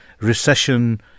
recession